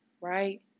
right